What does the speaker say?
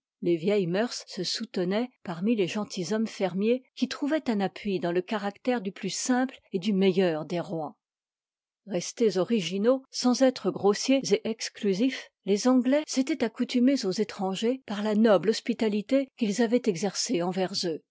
les vieilles mœurs se soutenoient parmi les gentilshommes fermiers qui trouvoient un appui dans le caractère du plus simple et du meilleur des rois restés originaux sans être grossiers et exclusifs les anglais s'étoient accoutumés aux étrangers par la noble hospitalité qu'ils avoient exercée envers eux